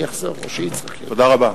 תודה רבה.